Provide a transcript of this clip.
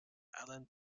allen